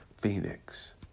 Phoenix